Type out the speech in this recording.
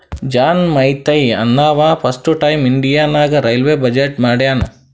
John Mathai ಅಂನವಾ first time India ನಾಗ್ railway budget ಮಾಡ್ಯಾನ್